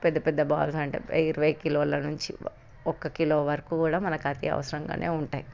పెద్ద పెద్ద ఒక ఇరవై కిలోల నుంచి ఒక కిలో వరకు కూడా మనకు అత్యవసరంగానే ఉంటాయి